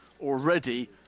already